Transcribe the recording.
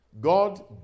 God